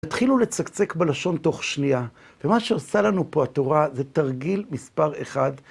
התחילו לצקצק בלשון תוך שנייה, ומה שעושה לנו פה התורה, זה תרגיל מספר אחד.